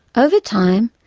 over time,